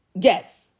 Yes